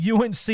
UNC